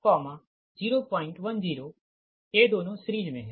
तो यह 02 010 ये दोनों सीरिज़ मे है